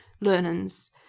learnings